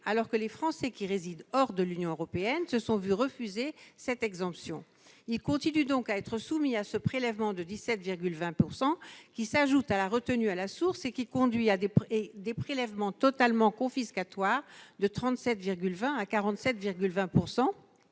exemptés. Les Français résidant hors de l'Union européenne, eux, se sont vu refuser cette exemption. Ils continuent donc d'être soumis à cette cotisation de 17,20 %, qui s'ajoute à la retenue à la source et qui conduit à des prélèvements totalement confiscatoires de 37,20 % à 47,20